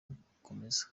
gukomeza